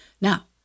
Now